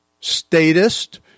statist